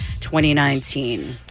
2019